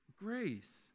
grace